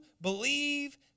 believe